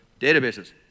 databases